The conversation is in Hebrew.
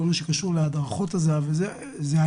כל מה שקשור להדרכות הזה"ב עלה,